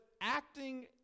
acting